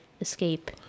escape